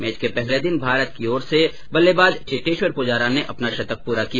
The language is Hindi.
मैच के पहले दिन भारत की ओर से बल्लेबाज चेतेश्वर पुजारा ने अपना शतक पूरा किया